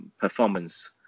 performance